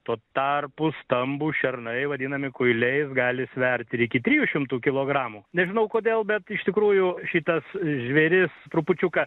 tuo tarpu stambūs šernai vadinami kuiliais gali svert ir iki trijų šimtų kilogramų nežinau kodėl bet iš tikrųjų šitas žvėris trupučiuką